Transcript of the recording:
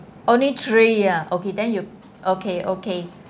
only three ya okay then you okay okay